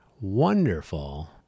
wonderful